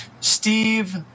Steve